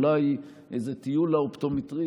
היא מקדמת את כולם ולא מקדמת אזרח כזה או כזה.